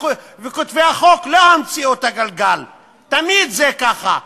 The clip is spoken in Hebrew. כותבי החוק לא המציאו את הגלגל, תמיד זה ככה: